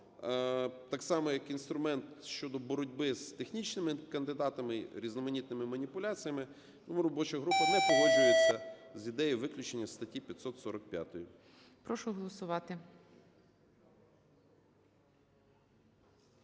так само як інструмент щодо боротьби з технічними кандидатами, різноманітними маніпуляціями. Тому робоча група не погоджується з ідеєю виключення статті 545.